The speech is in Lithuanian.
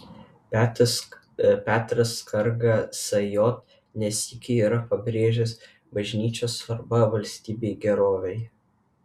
petras skarga sj ne sykį yra pabrėžęs bažnyčios svarbą valstybės gerovei